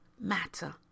matter